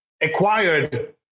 acquired